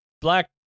Black